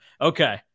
Okay